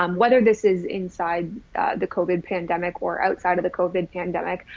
um whether this is inside the covid pandemic or outside of the covid pandemic,